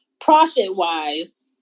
profit-wise